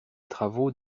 travaux